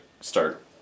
start